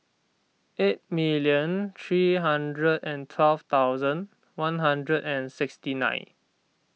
eight minute three hundred and twelve thousand one hundred and sixty nine